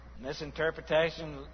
misinterpretation